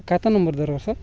ଖାତା ନମ୍ବର୍ ଦରକାର ସାର୍